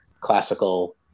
classical